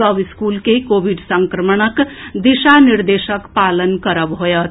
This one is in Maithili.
सभ स्कूल के कोविड संक्रमणक दिशा निर्देशक पालन करब होएत